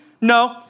No